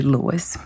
Lewis